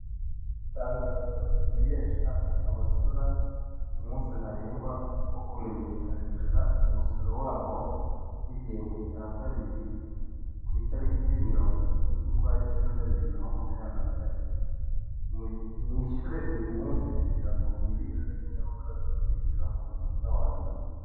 Itangazo rimenyesha abasora umunsi ntarengwa wo kumenyekanisha umusoro wabo w'igihembwe cya kabiri. Ku itariki miringo itatu z'ukwakenda, bibiri na makumyabiri na kane. Mwishyure uyu munsi kugira ngo mwirinde ingaruka zo kwishyura ku munota wa nyuma.